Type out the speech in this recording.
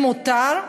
זה מותר,